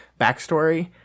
backstory